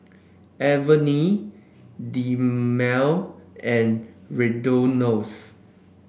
Avene Dermale and Redoxon